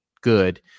good